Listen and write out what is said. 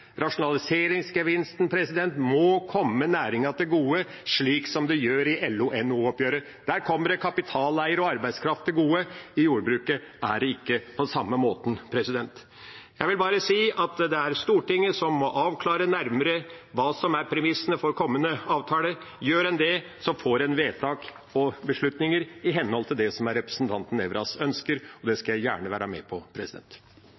rasjonaliseringsgevinsten. Rasjonaliseringsgevinsten må komme næringen til gode, slik som det gjør i LO-NHO-oppgjøret. Der kommer det kapitaleiere og arbeidskraft til gode – i jordbruket er det ikke på samme måten. Jeg vil bare si at det er Stortinget som må avklare nærmere hva som er premissene for kommende avtaler. Gjør en det, får en vedtak og beslutninger i henhold til det som er representanten Nævras ønsker, og det skal jeg gjerne være med på.